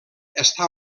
està